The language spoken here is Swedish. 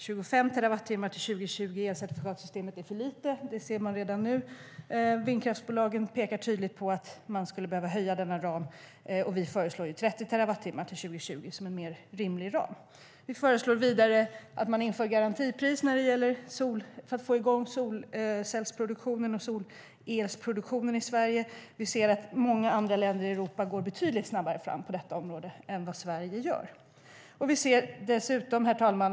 25 terawattimmar till 2020 i elcertifikatssystemet är för lite. Det ser man redan nu. Vindkraftsbolagen pekar på att man skulle behöva höja denna ram, och vi föreslår 30 terawattimmar till 2020 som en mer rimlig ram. Vi föreslår vidare att man inför ett garantipris för att få i gång solcellsproduktionen och solelsproduktionen i Sverige. Många andra länder i Europa går betydligt snabbare fram på detta område än vad Sverige gör. Herr talman!